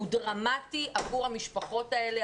הוא דרמטי עבור המשפחות האלה,